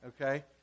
Okay